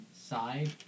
side